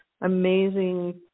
Amazing